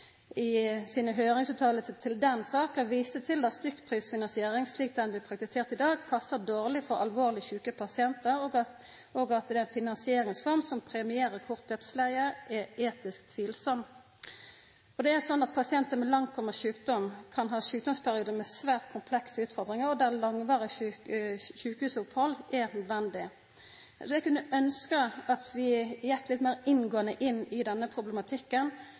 i høyringsutsegnene sine til den saka viste til at stykkprisfinansiering, slik ho blir praktisert i dag, passar dårleg for alvorleg sjuke pasientar. Ei finansieringsform som premierer kort dødsleie, er etisk tvilsam. Det er sånn at pasientar med langtkomen sjukdom kan ha sjukdomsperiodar med svært komplekse utfordringar, der langvarige sjukehusopphald er nødvendige. Eg kunne ønskja at vi gjekk litt meir inngåande inn i denne problematikken